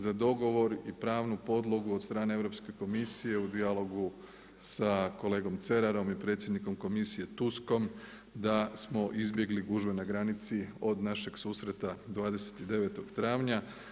Za dogovor i pravnu podlogu od strane Europske komisije u dijalogu sa kolegom Cerarom i predsjednikom komisije Tuskom da smo izbjegli gužve na granici od našeg susreta 29. travnja.